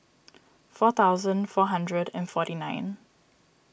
four thousand four hundred and forty nine